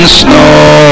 snow